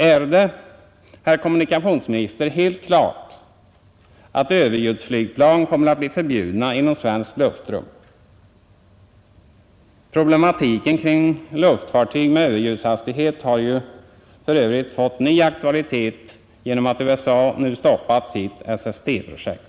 Är det, herr kommunikationsminister, helt klart att överljudsflygplan kommer att bli förbjudna inom svenskt luftrum? Problematiken kring luftfartyg med överljudshastighet har ju för övrigt fått ny aktualitet genom att USA nu stoppat sitt SST-projekt.